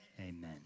amen